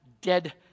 dead